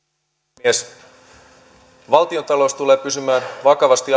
puhemies valtionta lous tulee pysymään vakavasti